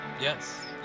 Yes